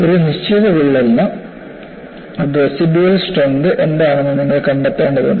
ഒരു നിശ്ചിത വിള്ളലിന് റസിഡ്യൂവൽ സ്ട്രെങ്ത് എന്താണെന്ന് നമ്മൾ കണ്ടെത്തേണ്ടതുണ്ട്